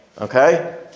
Okay